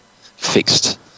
fixed